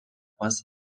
pas